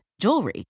jewelry